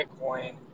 Bitcoin